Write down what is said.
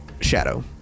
Shadow